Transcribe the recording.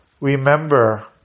remember